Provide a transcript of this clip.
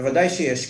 בוודאי שיש קשר,